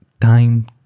time